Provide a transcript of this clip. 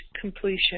completion